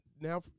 now